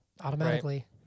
automatically